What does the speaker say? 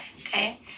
Okay